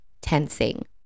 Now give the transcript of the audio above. tensing